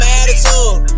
attitude